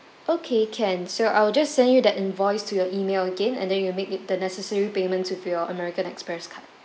okay can so I will just send you the invoice to your email again and then you make the necessary payments with your american express card